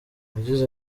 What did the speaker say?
yagize